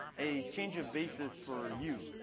a change of basis for u.